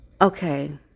Okay